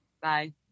Bye